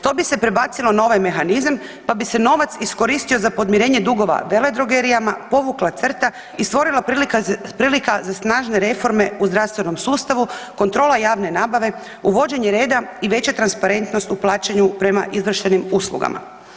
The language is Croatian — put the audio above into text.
To bi se prebacilo na ovaj mehanizam pa bi se novac iskoristio za podmirenje dugova vele drogerijama, povukla crta i stvorila prilika za snažne reforme u zdravstvenom sustavu, kontrola javne nabave, uvođenje reda i veća transparentnost u plaćanju prema izvršenim uslugama.